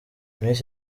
miss